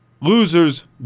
Losers